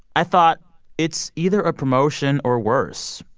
i thought it's either a promotion or worse.